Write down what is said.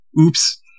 Oops